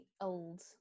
old